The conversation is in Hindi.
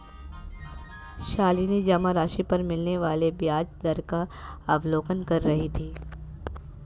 शालिनी जमा राशि पर मिलने वाले ब्याज दर का अवलोकन कर रही थी